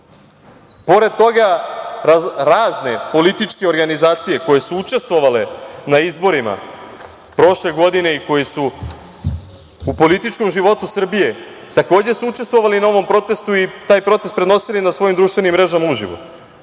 toga, razne političke organizacije koje su učestvovale na izborima prošle godine i koje su u političkom životu Srbije takođe su učestvovali na ovom protestu i taj protest prenosili na svojim društvenim mrežama uživo.